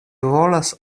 volas